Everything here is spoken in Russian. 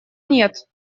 нет